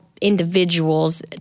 individuals